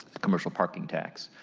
commercial parking tax,